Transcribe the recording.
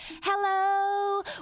Hello